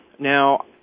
Now